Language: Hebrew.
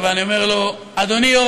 אדוני.